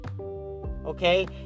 Okay